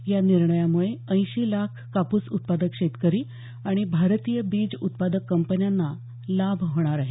या निर्णयामुळे ऐंशी लाख कापूस उत्पादक शेतकरी आणि भारतीय बीज उत्पादक कंपन्यांना लाभ होणार आहे